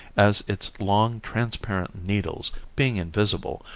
as its long transparent needles, being invisible,